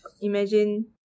Imagine